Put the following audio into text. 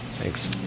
Thanks